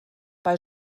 bei